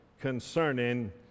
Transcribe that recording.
concerning